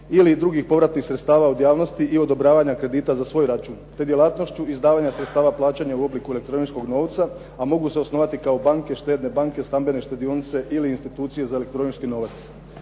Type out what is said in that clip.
ili drugih povratnih sredstava od javnosti i odobravanja kredita za svoj račun, te djelatnošću izdavanja sredstava plaćanja u obliku elektroničkog novca, a mogu se osnovati kao banke, štedne banke, stambene štedionice ili institucije za elektronički novac.